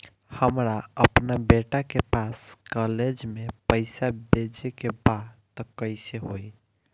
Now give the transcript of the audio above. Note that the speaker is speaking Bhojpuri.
हमरा अपना बेटा के पास कॉलेज में पइसा बेजे के बा त कइसे होई?